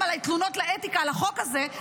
עליי תלונות לוועדת האתיקה על החוק הזה,